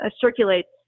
circulates